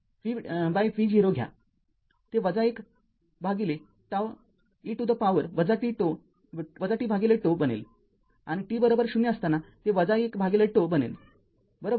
तर t ० वरती ddt vv0 घ्या ते १ ζ e to the power tζ बनेल आणि t० असताना ते १ ζ बनेल बरोबर